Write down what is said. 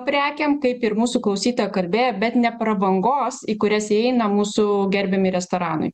prekėm kaip ir mūsų klausyta kalbėjo bet ne prabangos į kurias įeina mūsų gerbiami restoranai